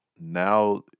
now